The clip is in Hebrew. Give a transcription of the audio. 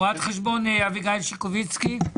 רואת חשבון אביגיל שקוביצקי.